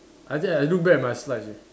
I think I look back my slides